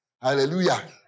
Hallelujah